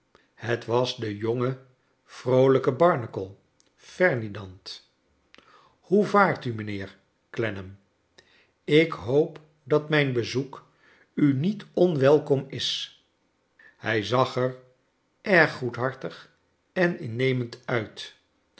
het was de jonge vroolijke barnacle ferdinand hoe vaart u mijnheer clennam ik hoop dat mijn bezock u niet onwelkom is hij zag er erg goedhartig en innemend uit